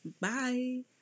Bye